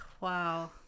Wow